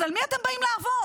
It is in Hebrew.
אז על מי אתם באים לעבוד?